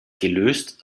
gelöst